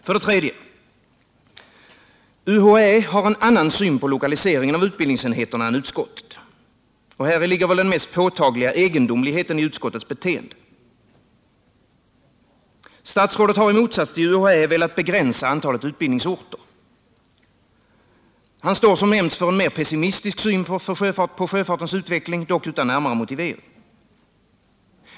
För det tredje: UHÄ har en annan syn på lokaliseringen av utbildningsenheterna än utskottet, och häri ligger väl den mest påtagliga egendomligheten i utskottets beteende. Statsrådet har i motsats till UHÄ velat begränsa antalet utbildningsorter. Han står som nämnts för en mer pessimistisk syn på sjöfartens utveckling, dock utan närmare motivering.